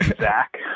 Zach